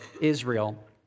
Israel